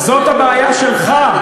זה הבעיה שלך.